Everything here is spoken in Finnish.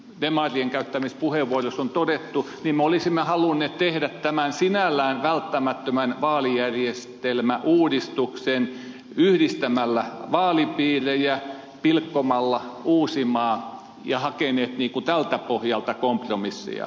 kuten demarien käyttämissä puheenvuoroissa on todettu niin me olisimme halunneet tehdä tämän sinällään välttämättömän vaalijärjestelmäuudistuksen yhdistämällä vaalipiirejä pilkkomalla uusimaan ja hakeneet tältä pohjalta kompromisseja